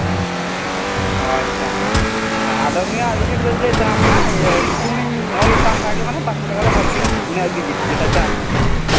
ᱟᱪᱪᱷᱟ ᱩᱱᱤᱭᱟᱜ ᱵᱷᱤᱡᱤᱴ ᱫᱚᱧ ᱞᱟᱹᱭ ᱩᱛᱟᱹᱨᱟᱢ ᱠᱟᱱᱟ ᱤᱭᱟᱹ ᱧᱩᱛᱩᱢᱤᱧ ᱚᱞ ᱞᱮᱛᱟᱢ ᱠᱷᱟᱱ ᱜᱮ ᱢᱟᱱᱮ ᱯᱟᱸᱥᱥᱳ ᱴᱟᱠᱟ ᱫᱚᱭ ᱦᱟᱛ ᱜᱮᱭᱟ ᱩᱱᱤᱭᱟᱜ ᱵᱷᱤᱡᱤᱴ ᱡᱮᱴᱟ ᱪᱟᱨᱡᱽ